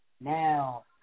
Now